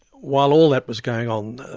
while all that was going on,